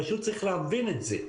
פשוט צריך להבין את זה,